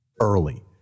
early